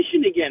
again